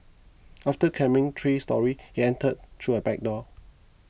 after climbing three storey she entered through a back door